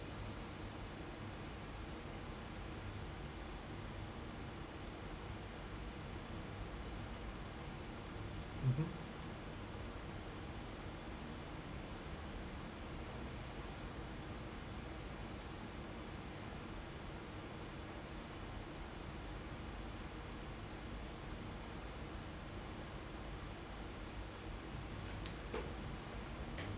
mmhmm